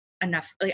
enough